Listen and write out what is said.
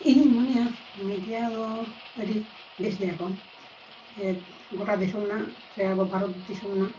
ᱤᱧᱤᱧ ᱢᱚᱱᱮᱭᱟ ᱢᱤᱰᱤᱭᱟ ᱫᱚ ᱟᱹᱰᱤ ᱵᱮᱥ ᱜᱮᱭᱟ ᱠᱚ ᱡᱮ ᱜᱚᱴᱟ ᱫᱤᱥᱚᱢ ᱨᱮᱱᱟᱜ ᱥᱮ ᱟᱵᱚ ᱵᱷᱟᱨᱚᱛ ᱫᱤᱥᱚᱢ ᱨᱮᱱᱟᱜ